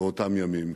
באותם ימים,